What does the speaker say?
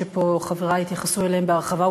חברי התייחסו אליהם פה בהרחבה,